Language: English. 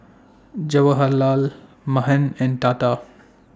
Jawaharlal Mahan and Tata